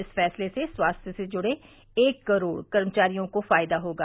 इस फैसले से स्वास्थ्य से जुड़े एक करोड़ कर्मचारियों को फायदा होगा